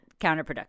counterproductive